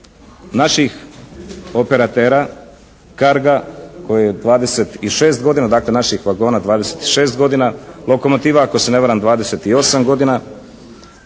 naših operatera, carga koji je 26 godina dakle, naših vagona 26 godina, lokomotiva ako se ne varam dvadeset